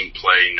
play